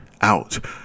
out